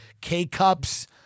K-Cups